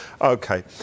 Okay